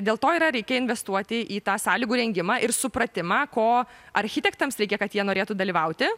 dėl to yra reikia investuoti į tą sąlygų rengimą ir supratimą ko architektams reikia kad jie norėtų dalyvauti